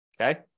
Okay